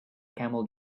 camel